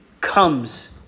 comes